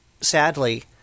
sadly